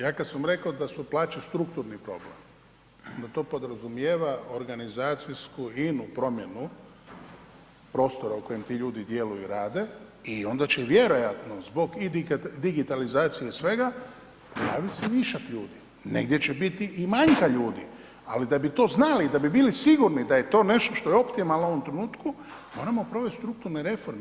Ja kad sam rekao da su plaće strukturni problem, onda to podrazumijeva organizacijsku inu promjenu prostora u kojem ti ljudi djeluju i rade i onda će vjerojatno zbog i digitalizacije i svega, javi se višak ljudi, negdje će biti i manjka ljudi, ali da bi to znali i da bili sigurni da je to nešto što je optimalno u ovom trenutku, moramo provest strukturne reforme.